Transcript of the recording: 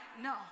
No